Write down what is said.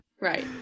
right